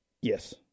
Yes